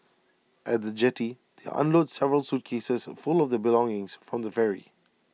at the jetty they unload several suitcases full of their belongings from the ferry